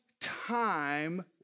time